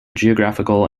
geographical